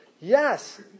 Yes